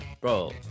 bro